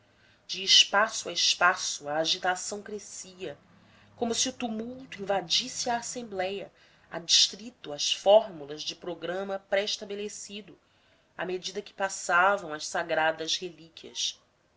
de espaço a espaço a agitação crescia como se o tumulto invadisse a assembléia adstrito às fórmulas de programa preestabelecido à medida que passavam as sagradas relíquias